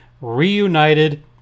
reunited